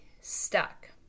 stuck